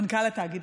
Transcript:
מנכ"ל התאגיד.